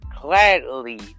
gladly